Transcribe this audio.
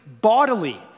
bodily